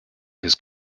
his